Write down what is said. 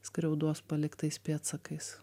skriaudos paliktais pėdsakais